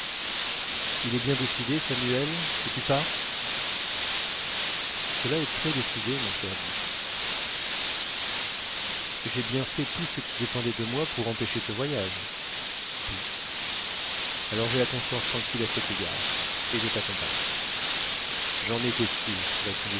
il est bien décidé samuel que tu pars cela est très décidé mon cher dick jai bien fait tout ce qui dépendait de moi pour empêcher ce voyage tout alors j'ai la conscience tranquille à cet égard et je t'accompagne j'en étais sûr répondit